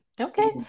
Okay